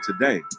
today